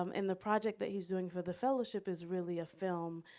um and the project that he's doing for the fellowship is really a film,